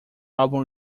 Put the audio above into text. álbum